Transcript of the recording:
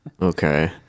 okay